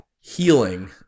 Healing